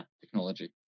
technology